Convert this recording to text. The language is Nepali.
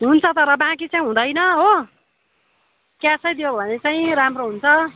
हुन्छ तर बाँकी चाहिँ हुँदैन हो क्यासै दियो भने चाहिँ राम्रो हुन्छ